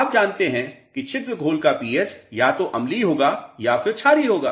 आप जानते हैं कि छिद्र घोल का पीएच या तो अम्लीय होगा या फिर क्षारीय होगा